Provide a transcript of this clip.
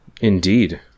Indeed